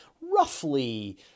roughly